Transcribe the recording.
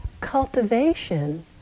cultivation